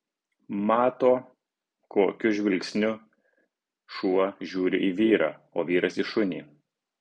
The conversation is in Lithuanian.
mato kokiu žvilgsniu šuo žiūri į vyrą o vyras į šunį